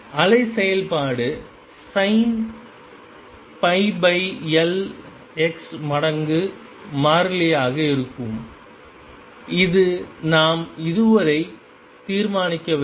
அலை செயல்பாடு sin L x மடங்கு மாறிலியாக இருக்கும் இது நாம் இதுவரை தீர்மானிக்கவில்லை